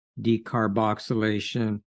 decarboxylation